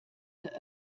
der